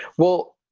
well,